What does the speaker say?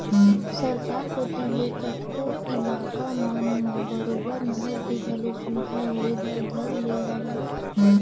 सरकार कोती ले कतको इलाका मन म बरोबर नहर के घलो सुबिधा होय बर धर ले हवय